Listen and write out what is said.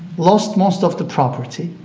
lost most of the property,